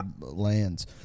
lands